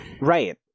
Right